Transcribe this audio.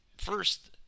First